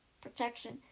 Protection